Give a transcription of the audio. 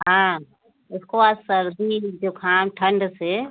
हाँ उसको आज सर्दी जुखाम ठंड से